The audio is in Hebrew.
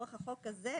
לצורך החוק הזה.